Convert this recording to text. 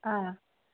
आ